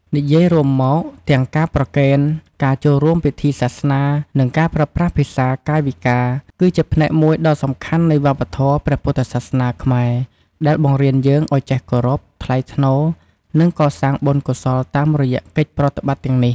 និយាយរួមមក ទាំងការប្រគេន ការចូលរួមពិធីសាសនា និងការប្រើប្រាស់ភាសាកាយវិការ គឺជាផ្នែកមួយដ៏សំខាន់នៃវប្បធម៌ព្រះពុទ្ធសាសនាខ្មែរ ដែលបង្រៀនយើងឲ្យចេះគោរព ថ្លៃថ្នូរ និងកសាងបុណ្យកុសលតាមរយៈកិច្ចប្រតិបត្តិទាំងនេះ។